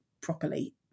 properly